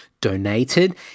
donated